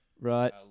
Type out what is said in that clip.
Right